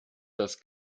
das